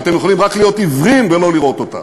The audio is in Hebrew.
שאתם יכולים רק להיות עיוורים ולא לראות אותה,